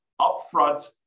upfront